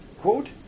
quote